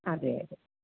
അതെ അതെ